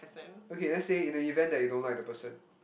okay let's say in the event that you don't like the person